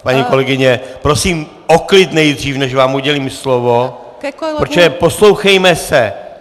Paní kolegyně prosím o klid nejdřív, než vám udělím slovo, protože poslouchejme se!